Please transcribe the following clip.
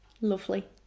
Lovely